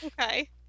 okay